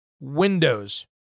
windows